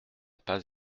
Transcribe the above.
pas